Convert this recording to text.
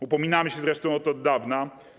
Upominamy się zresztą o to od dawna.